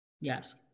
Yes